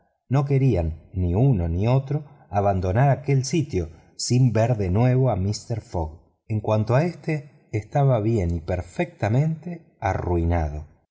no querían ni uno ni otro abandonar aquel sitio sin ver de nuevo a mister fogg en cuanto a éste estaba bien y perfectamente arruinado